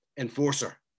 enforcer